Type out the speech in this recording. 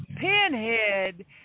Pinhead